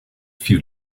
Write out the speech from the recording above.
few